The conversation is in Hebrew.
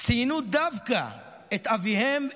ציינו דווקא את אביהם,